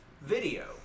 video